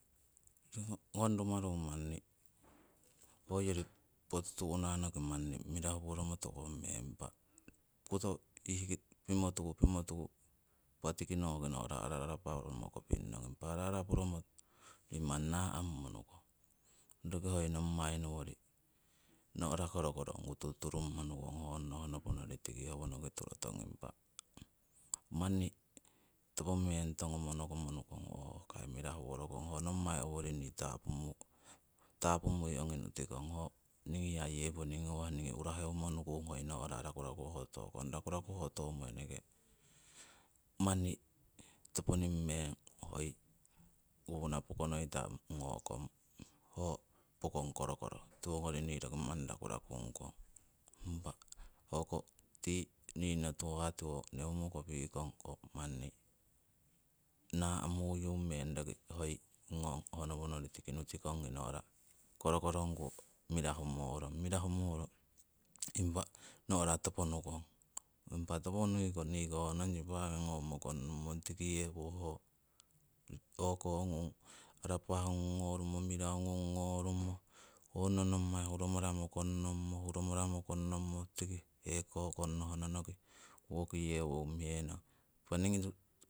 Ngong rumaru manni hoyori poti tu'nah noki mirahu woromo tukong meng, impa koto ihki pimotuku pimotuku impa tiki noki no'ra ara araporomo kopinnong impa ara araporomo nii manni na'mumo nukong roki hoi nommai nowori no'ra korokorongku no'ra turuturung mo nukong honno honoponori tiki howonoki turotong impa. Manni topo meng tongomo nokomo nukong ooh kai mirahu worokong ongko nommai owori nii tapumui ongi nutikong ho ningi hiya hewoning ngawah ningi uraheumo nukung manni toponing meng hoi kupuna pokonoita ngokong pokong korokoro tiwongori nii roki manni rakurakung kong. Hoko tii ningno tuhah neumo kopi'kong ko manni nonku mirahu morong impa no'ra topo nukong. Impa topoko nui ho nong sipaka ngomo kongnomong tiko heko ho arapah ngung ngorumo, mirahu ngung ngorumo, honno nommai ngung huromaramo kong nom'o tiki heko kongnoh nonoki woki yewo umihenong. Impa ningii